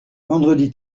vendredi